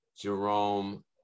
Jerome